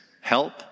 help